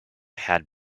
had